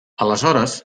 aleshores